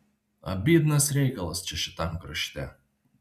abydnas reikalas čia šitam krašte